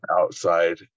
outside